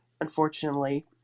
Unfortunately